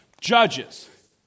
judges